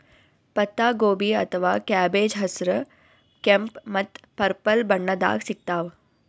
ಪತ್ತಾಗೋಬಿ ಅಥವಾ ಕ್ಯಾಬೆಜ್ ಹಸ್ರ್, ಕೆಂಪ್ ಮತ್ತ್ ಪರ್ಪಲ್ ಬಣ್ಣದಾಗ್ ಸಿಗ್ತಾವ್